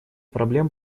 проблем